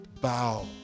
bow